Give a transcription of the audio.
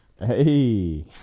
Hey